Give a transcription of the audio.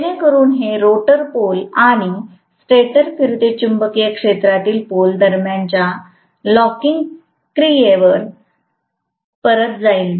जेणेकरून हे rotor pole आणि स्टेटर फिरते चुंबकीय क्षेत्रातील पोल दरम्यानच्या लॉकिंग क्रियेवर परत जाईल